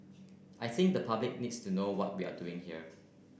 I think the public needs to know what we're doing here